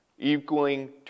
Equaling